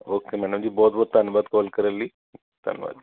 okay madam ji ਬਹੁਤ ਬਹੁਤ ਧੰਨਵਾਦ ਕਾਲ ਕਰਨ ਲਈ ਧੰਨਵਾਦ ਜੀ